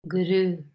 Guru